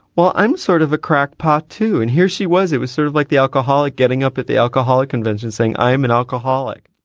well, i'm sort of a crackpot, too. and here she was. it was sort of like the alcoholic getting up at the alcoholic convention saying, i'm an alcoholic.